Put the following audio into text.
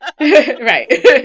Right